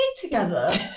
together